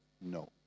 No